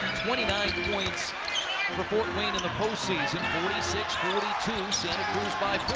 twenty nine points for fort wayne in the postseason. forty six forty two, santa cruz by